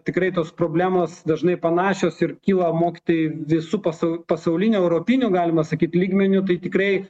tikrai tos problemos dažnai panašios ir kyla mokytojai visu pasu pasauliniu europiniu galima sakyt lygmeniu tai tikrai